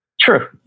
True